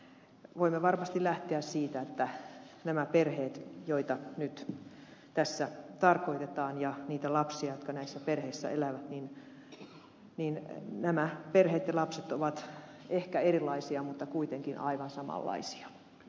voimme varmasti lähteä siitä että näissä perheissä joita nyt tässä tarkoitetaan ja niitä lapsia jotka näissä perheissä elävät että nämä perheiden lapset ovat ehkä erilaisia mutta kuitenkin aivan samanlaisia